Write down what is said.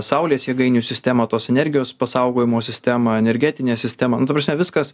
saulės jėgainių sistemą tos energijos pasaugojimo sistemą energetinę sistemą nu ta prasme viskas